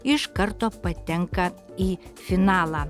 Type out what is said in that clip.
iš karto patenka į finalą